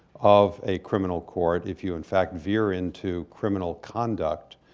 of a criminal court, if you in fact veer into criminal conduct,